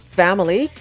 family